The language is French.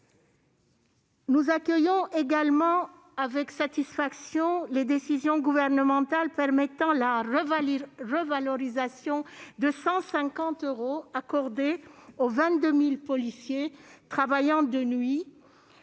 Nous accueillons également avec satisfaction les décisions gouvernementales permettant la revalorisation de 150 euros accordée aux 22 000 policiers travaillant de nuit,